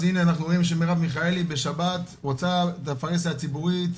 אז הנה אנחנו רואים שמירב מיכאלי בשבת רוצה בפרהסיה הציבורית,